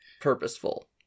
purposeful